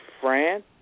France